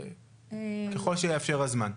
ככל שיאפשר הזמן.